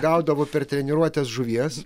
gaudavo per treniruotes žuvies